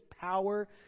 power